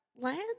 Land